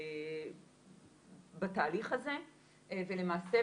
בתהליך הזה ולמעשה,